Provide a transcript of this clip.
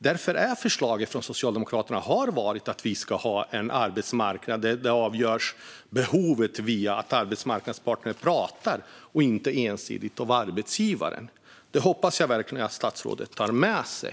Därför är förslaget från Socialdemokraterna att vi ska ha en arbetsmarknad där behovet avgörs genom att arbetsmarknadens parter pratar med varandra och inte ensidigt av arbetsgivaren. Det hoppas jag verkligen att statsrådet tar med sig.